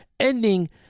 ending